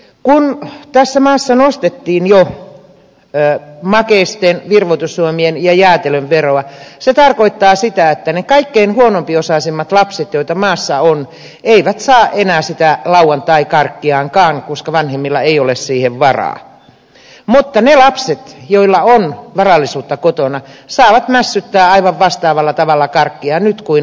kun tässä maassa nostettiin jo makeisten virvoitusjuomien ja jäätelön veroa se tarkoittaa sitä että ne kaikkein huono osaisimmat lapset joita maassamme on eivät saa enää sitä lauantaikarkkiaankaan koska vanhemmilla ei ole siihen varaa mutta ne lapset joilla on varallisuutta kotona saavat mässyttää aivan vastaavalla tavalla karkkia nyt kuin aikaisemminkin